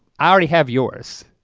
i already have yours.